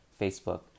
Facebook